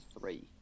three